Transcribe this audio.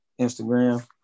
Instagram